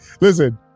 listen